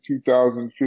2015